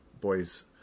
boys